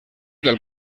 del